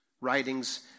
writings